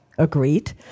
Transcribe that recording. agreed